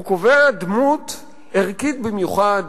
הוא קובע דמות ערכית במיוחד,